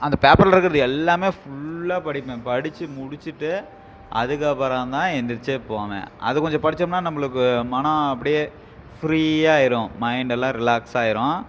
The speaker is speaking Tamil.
அந்தப் பேப்பரில் இருக்கிறது எல்லாமே ஃபுல்லாக படிப்பேன் படித்து முடிச்சுட்டு அதுக்கப்புறம் தான் எழுந்திரிச்சே போவேன் அது கொஞ்சம் படித்தோம்னா நம்மளுக்கு மனம் அப்படியே ஃப்ரீயாக ஆகிரும் மைண்டெல்லாம் ரிலாக்ஸ் ஆகிரும்